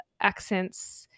accents